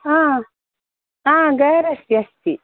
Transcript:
हा हा ग्यारेज् अस्ति